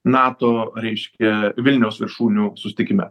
nato reiškia vilniaus viršūnių susitikime